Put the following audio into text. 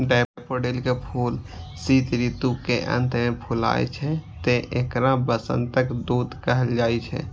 daffodil के फूल शीत ऋतु के अंत मे फुलाय छै, तें एकरा वसंतक दूत कहल जाइ छै